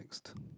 next